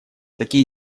такие